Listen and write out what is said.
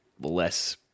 less